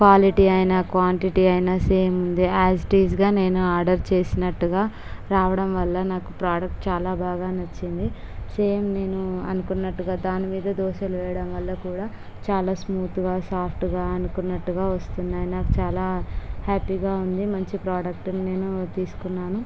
quality అయిన quantity అయిన same ఉంది ఆస్ ఇట్ ఈస్గా నేను ఆర్డర్ చేసినట్టుగా రావడం వల్ల నాకు ప్రాడక్ట్ చాలా బాగా నచ్చింది సేమ్ నేను అనుకున్నట్టుగా దాని మీద దోసలు వేయడం వల్ల కూడా చాలా స్మూత్గా సాఫ్టుగా అనుకున్నట్టుగా వస్తున్నాయి నాకు చాలా హ్యాపీగా వుంది మంచి ప్రాడక్ట్ నేను తీసుకున్నాను